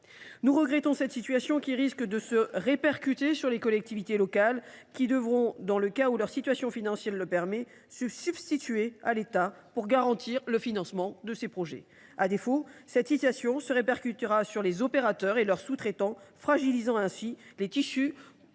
Nous regrettons cette situation, qui risque d’affecter les collectivités locales. Celles ci devront, dans les cas où leur situation financière le permet, se substituer à l’État pour garantir le financement des projets. À défaut, cette situation se répercutera sur les opérateurs et leurs sous traitants, fragilisant ainsi le tissu